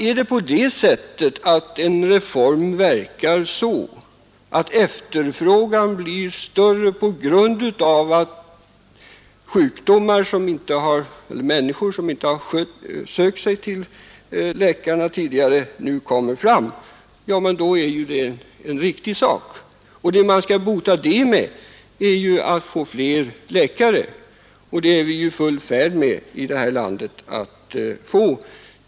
Nu kan man säga, att om en reform verkar så att människor som tidigare inte har sökt sig till läkare även om de behövt det börjar efterfråga sjukvård, är det en riktig utveckling. Den skall mötas med flera läkare, och det är vi i full färd med att få här i landet.